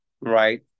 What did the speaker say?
right